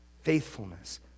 Faithfulness